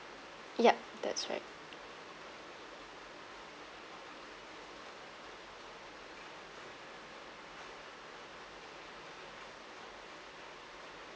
yup that's right